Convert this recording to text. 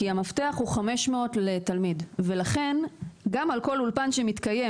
כי המפתח הוא 500 לתלמיד ולכן גם על כל אולפן שמתקיים,